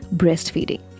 breastfeeding